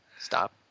Stop